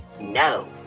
No